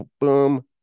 boom